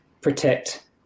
protect